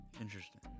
Interesting